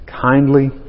kindly